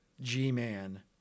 G-Man